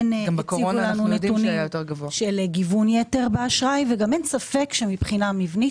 כן הביאו נתונים של גיוון יתר באשראי וגם אין ספק שמבחינה מבנית,